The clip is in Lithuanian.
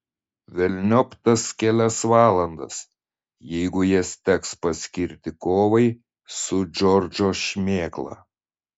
velniop tas kelias valandas jeigu jas teks paskirti kovai su džordžo šmėkla